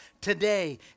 today